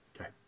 okay